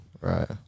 Right